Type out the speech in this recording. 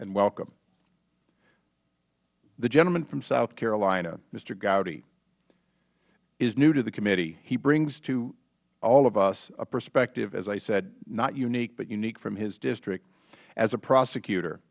and welcome the gentleman from south carolina mr hgowdy is new to the committee he brings to all of us a perspective as i said not unique but unique from his district as a prosecutor